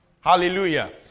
Hallelujah